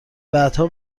بعدها